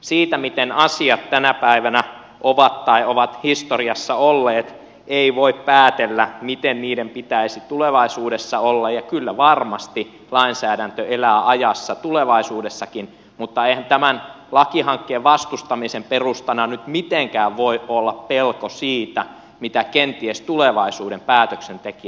siitä miten asiat tänä päivänä ovat tai ovat historiassa olleet ei voi päätellä miten niiden pitäisi tulevaisuudessa olla ja kyllä varmasti lainsäädäntö elää ajassa tulevaisuudessakin mutta eihän tämän lakihankkeen vastustamisen perustana nyt mitenkään voi olla pelko siitä mitä kenties tulevaisuuden päätöksentekijät tekevät